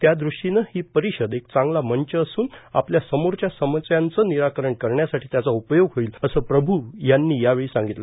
त्यादृष्टीनं ही परिषद एक चांगला मंच असून आपल्या समोरच्या समस्यांचं निराकरण करण्यासाठी त्याचा उपयोग होईल असं प्रभू यांनी यावेळी सांगितलं